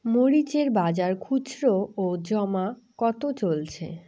মরিচ এর বাজার খুচরো ও জমা কত চলছে?